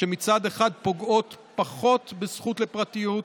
שמצד אחד פוגעות פחות בזכות לפרטיות,